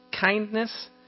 kindness